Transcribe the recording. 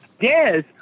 Yes